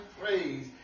praise